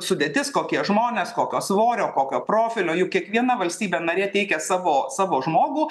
sudėtis kokie žmonės kokio svorio kokio profilio juk kiekviena valstybė narė teikia savo savo žmogų